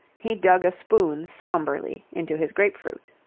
he dug a spoon sombrely into his grape-fruit.